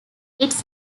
its